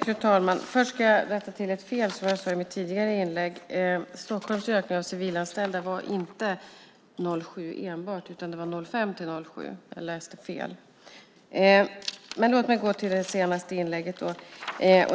Fru talman! Först ska jag rätta ett fel i mitt tidigare inlägg. Stockholms ökning av civilanställda var inte enbart 2007, utan det var 2005-2007. Jag läste fel. Låt mig då gå till det senaste inlägget och